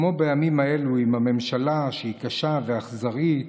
כמו בימים האלו, עם ממשלה שהיא קשה ואכזרית